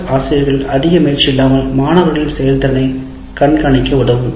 S ஆசிரியர்கள் அதிக முயற்சி இல்லாமல் மாணவர்களின் செயல் திறனை கண்காணிக்க உதவும்